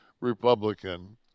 Republican